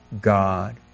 God